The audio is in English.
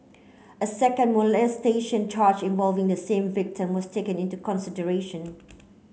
a second molestation charge involving the same victim was taken into consideration